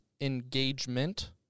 engagement